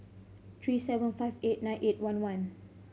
three seven five eight nine eight one one